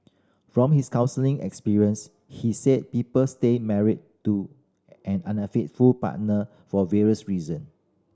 from his counselling experience he said people stay married to an unfaithful partner for various reason